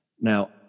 Now